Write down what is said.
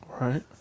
Right